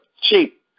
cheap